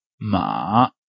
ma